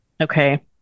Okay